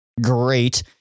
great